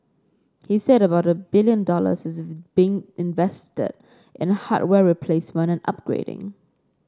he said about a billion dollars is being invested in hardware replacement and upgrading